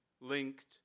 linked